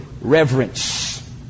reverence